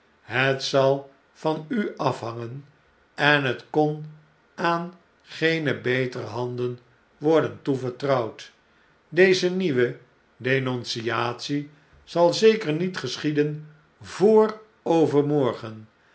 het zal van u afhangen en het kon aan geene betere handen worden toevertrouwd deze nieuwe denonciatie zal zeker niet geschieden vr overmorgen